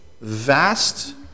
vast